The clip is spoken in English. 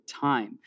time